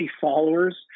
followers